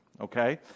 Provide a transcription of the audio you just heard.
okay